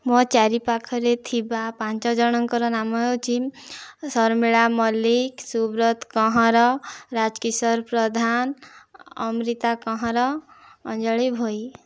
ମୋ' ଚାରି ପାଖରେ ଥିବା ପାଞ୍ଚଜଣଙ୍କର ନାମ ହେଉଛି ଶର୍ମିଳା ମଲ୍ଲିକ ସୁବ୍ରତ କହଁର ରାଜକିଶୋର ପ୍ରଧାନ ଅମ୍ରିତା କହଁର ଅଞ୍ଜଳି ଭୋଇ